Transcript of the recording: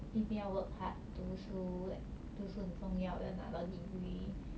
一定要 work hard 读书 like 读书很重要要拿到 degree